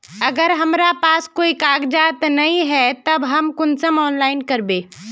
अगर हमरा पास कोई कागजात नय है तब हम कुंसम ऑनलाइन करबे?